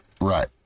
Right